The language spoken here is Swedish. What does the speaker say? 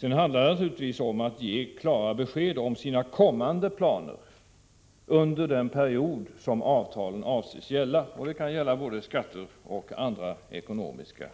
Det handlar givetvis också om att ge klara besked om sina kommande ad planer under den tid som avtalen avses gälla. Det kan vara fråga om både skatter och andra ekonomiska